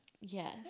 Yes